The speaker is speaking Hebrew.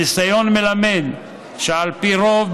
הניסיון מלמד שעל פי רוב,